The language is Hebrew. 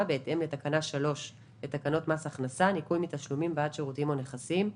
בהתאם לתקנה 3 לתקנות מס הכנסה (ניכוי מתשלומים בעד שירותים או נכסים),